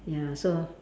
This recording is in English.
ya so